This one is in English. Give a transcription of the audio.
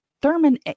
Thurman